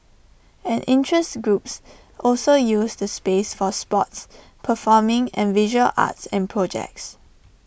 and interest groups also use the space for sports performing and visual arts and projects